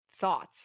thoughts